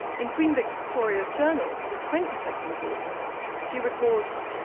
in queen victoria's journal, for the twenty second of august, she records,